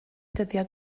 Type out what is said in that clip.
dyddiau